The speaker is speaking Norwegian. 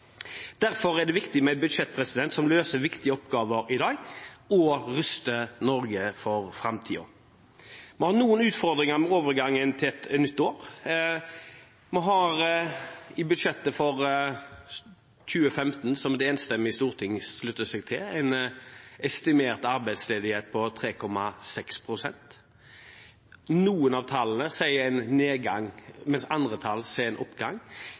Derfor er det viktig med et budsjett som løser viktige oppgaver i dag og ruster Norge for framtiden. Vi har noen utfordringer med overgangen til et nytt år. Vi har i budsjettet for 2015 – som et enstemmig storting slutter seg til – en estimert arbeidsledighet på 3,6 pst. Noen av tallene sier en nedgang, mens andre tall sier en oppgang.